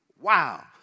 Wow